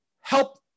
help